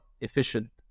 efficient